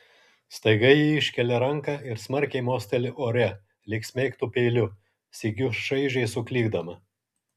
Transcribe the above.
staiga ji iškelia ranką ir smarkiai mosteli ore lyg smeigtų peiliu sykiu šaižiai suklykdama